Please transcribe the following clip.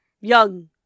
Young